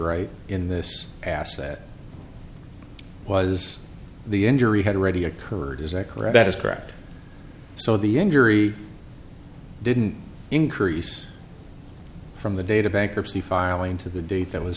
right in this past that was the injury had already occurred is a clear that is correct so the injury didn't increase from the data bankruptcy filing to the date that was